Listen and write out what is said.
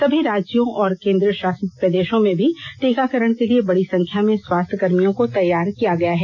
सभी राज्यों और केंद्र शासित प्रदेशों में भी टीकाकरण के लिए बड़ी संख्या में स्वास्थ्यकर्मियों को तैयार किया गया है